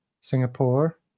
Singapore